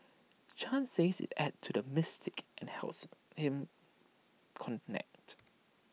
chan says IT adds to the mystique and helps him connect